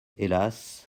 hélas